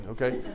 okay